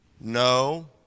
No